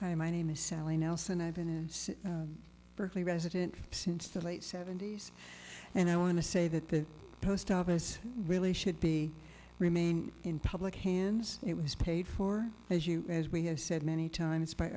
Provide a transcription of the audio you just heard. hi my name is sally nelson i've been in berkeley resident since the late seventy's and i want to say that the post office really should be remain in public hands it was paid for as you as we have said many times by